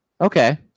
Okay